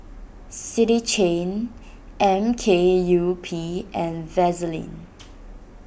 City Chain M K U P and Vaseline